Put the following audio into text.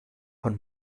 von